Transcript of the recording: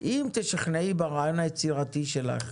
אם תשכנעי ברעיון היצירתי שלך,